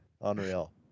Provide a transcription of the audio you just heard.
unreal